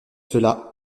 cela